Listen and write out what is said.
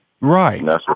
Right